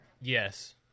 Yes